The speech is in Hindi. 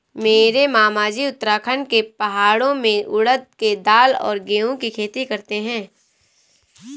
मेरे मामाजी उत्तराखंड के पहाड़ों में उड़द के दाल और गेहूं की खेती करते हैं